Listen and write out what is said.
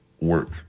work